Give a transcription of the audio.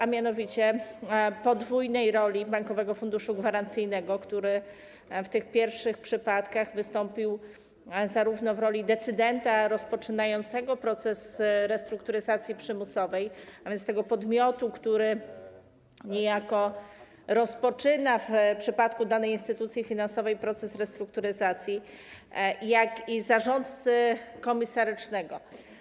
A mianowicie chodzi o podwójną rolę Bankowego Funduszu Gwarancyjnego, który w tych pierwszych przypadkach wystąpił w roli zarówno decydenta rozpoczynającego proces restrukturyzacji przymusowej, a więc tego podmiotu, który niejako rozpoczyna w przypadku danej instytucji finansowej proces restrukturyzacji, jak i zarządcy komisarycznego.